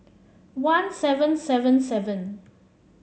one seven seven seven